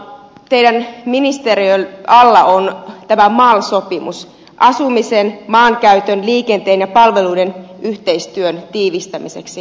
kaupunkiseuduilla teidän ministeriönne alla on tämä mal sopimus asumisen maankäytön liikenteen ja palveluiden yhteistyön tiivistämiseksi